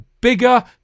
bigger